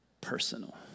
Personal